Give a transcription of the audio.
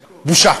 בושה.